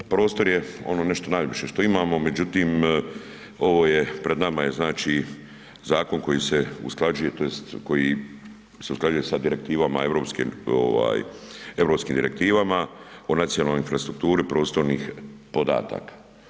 Prostor je ono nešto najviše što imamo, međutim ovo je pred nama je zakon koji se usklađuje tj. koji se usklađuje sa europskim direktivama o nacionalnoj infrastrukturi prostornih podataka.